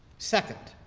second,